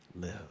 live